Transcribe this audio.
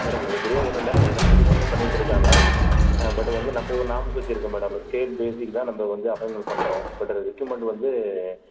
madam உங்களுக்கு தெரியாது ஒன்றும் இல்லை எல்லாம் பண்ணிட்டுருக்காங்க பட்டு வந்து நம்ப ஒரு நார்ம்ஸ் வச்சுருக்கோம் மேடம் ஸ்கேல் பேஸிக் தான் நம்ப வந்து அப்பாயின்மெண்ட் பண்ணுறோம் பட் அது ரெக்யூர்மெண்ட் வந்து